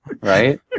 right